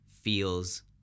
feels